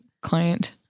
client